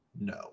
no